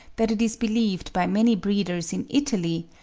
that it is believed by many breeders in italy,